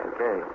Okay